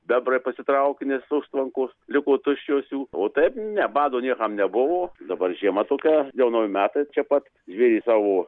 bebrai pasitraukė nes užtvankos liko tuščios jų o taip ne bado niekam nebuvo dabar žiema tokia jau nauji metai čia pat žvėrys savo